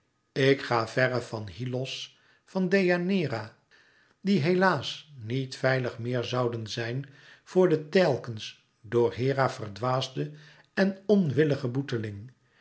ik ga verre van hyllos van deianeira die helaas niet veilig meer zouden zijn voor den telkens door hera verdwaasden en onwilligen boeteling